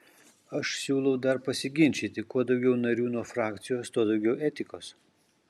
aš siūlau dar pasiginčyti kuo daugiau narių nuo frakcijos tuo daugiau etikos